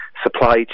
supply